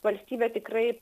valstybė tikrai